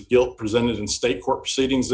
of guilt presented in state court proceedings